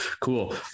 cool